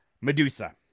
Medusa